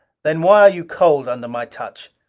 then why are you cold under my touch?